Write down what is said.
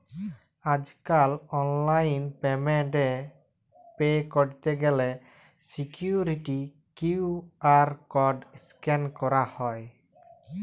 আজ কাল online payment এ পে ক্যরত গ্যালে সিকুইরিটি কিউ.আর কড স্ক্যান ক্যরা হ্য়